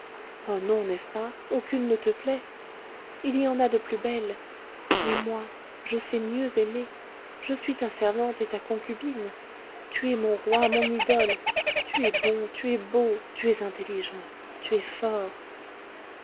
oh non n'est-ce pas aucune ne te plaît il y en a de plus belles mais moi je sais mieux aimer je suis ta servante et ta concubine tu es mon roi mon idole tu es bon tu es beau tu es intelligent tu es fort